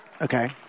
Okay